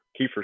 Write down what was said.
Kiefer